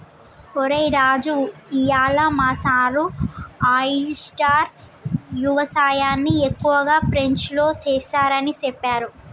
ఒరై రాజు ఇయ్యాల మా సారు ఆయిస్టార్ యవసాయన్ని ఎక్కువగా ఫ్రెంచ్లో సెస్తారని సెప్పారు